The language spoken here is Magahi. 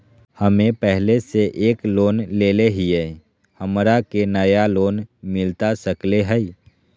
हमे पहले से एक लोन लेले हियई, हमरा के नया लोन मिलता सकले हई?